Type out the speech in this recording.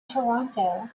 toronto